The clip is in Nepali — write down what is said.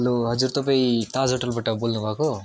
हेलो हजुर तपाईँ ताज होटेलबाट बोल्नुभएको